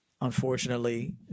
unfortunately